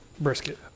Brisket